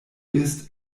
ist